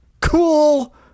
cool